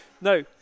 no